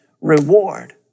reward